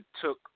took